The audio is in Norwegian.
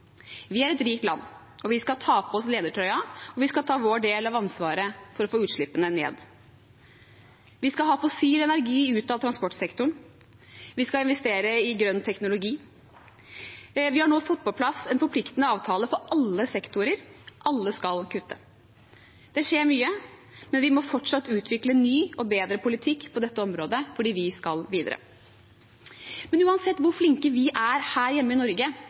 Vi er et rikt land, og vi skal ta på oss ledertrøya. Vi skal ta vår del av ansvaret for å få utslippene ned. Vi skal ha fossil energi ut av transportsektoren. Vi skal investere i grønn teknologi. Vi har nå fått på plass en forpliktende avtale for alle sektorer. Alle skal kutte. Det skjer mye, men vi må fortsatt utvikle ny og bedre politikk på dette området, fordi vi skal videre. Men uansett hvor flinke vi er her hjemme i Norge,